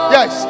Yes